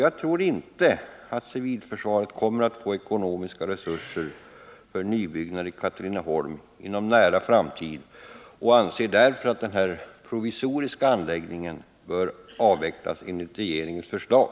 Jag tror inte att civilförsvaret kommer att få ekonomiska resurser för nybyggnad i Katrineholm inom en nära framtid, och jag anser därför att den här provisoriska anläggningen bör avvecklas enligt regeringens förslag.